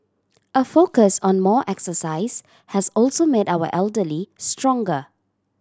a focus on more exercise has also made our elderly stronger